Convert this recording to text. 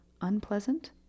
unpleasant